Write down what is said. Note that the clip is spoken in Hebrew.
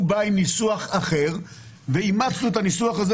הוא בא עם ניסוח אחר ואימצנו את הניסוח הזה